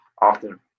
often